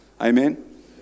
Amen